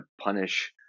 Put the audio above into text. punish